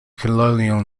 colonial